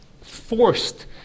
forced